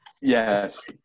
Yes